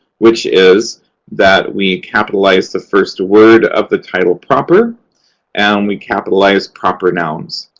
which is that we capitalize the first word of the title proper and we capitalize proper nouns.